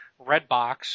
Redbox